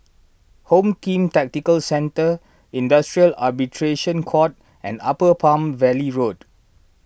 Home Team Tactical Centre Industrial Arbitration Court and Upper Palm Valley Road